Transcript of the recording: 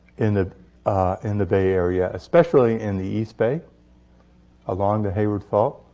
in the in the bay area, especially in the east bay along the hayward fault.